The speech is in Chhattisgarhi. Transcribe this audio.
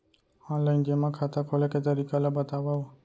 ऑनलाइन जेमा खाता खोले के तरीका ल बतावव?